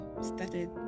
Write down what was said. started